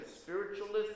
spiritualist